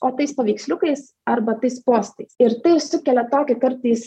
o tais paveiksliukais arba tais postais ir tai sukelia tokį kartais